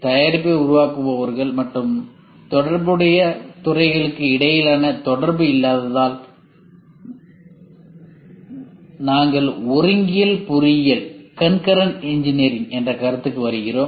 தயாரிப்பை உருவாக்குபவர்கள் மற்றும் தொடர்புடைய துறைகளுக்கு இடையேயான தொடர்பு இல்லாததால் தான் நாங்கள் ஒருங்கியல் பொறியியல் என்ற கருத்துக்கு வருகிறோம்